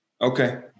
Okay